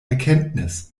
erkenntnis